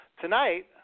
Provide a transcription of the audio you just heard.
Tonight